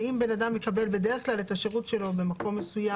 שאם בן אדם בדרך כלל מקבל את השירות שלו במקום מסוים